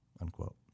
unquote